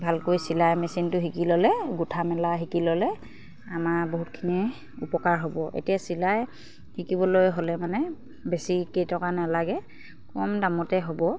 ভালকৈ চিলাই মেচিনটো শিকি ল'লে গোঁঠা মেলা শিকি ল'লে আমাৰ বহুতখিনি উপকাৰ হ'ব এতিয়া চিলাই শিকিবলৈ হ'লে মানে বেছি কেইটকা নেলাগে কম দামতে হ'ব